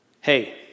Hey